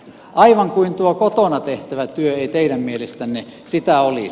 aivan kuin tuo kotona tehtävä työ ei teidän mielestänne sitä olisi